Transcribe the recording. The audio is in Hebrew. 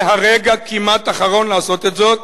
זה הרגע כמעט האחרון לעשות את זאת.